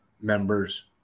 members